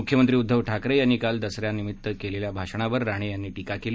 मुख्यमंत्री उद्दव ठाकरे यांनी काल दसऱ्यानिमित्त केलेल्या भाषणावर राणे यांनी टीका केली